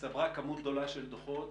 הצטברה כמות גדולה של דוחות,